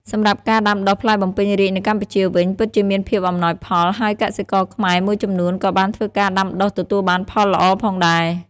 សម្រាប់ការដាំដុះផ្លែបំពេញរាជនៅកម្ពុជាវិញ ពិតជាមានភាពអំណោយផល ហើយកសិករខ្មែរមួយចំនួនក៏បានធ្វើការដាំដុះទទួលបានផលល្អផងដែរ។